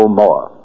more